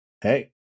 Hey